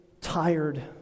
tired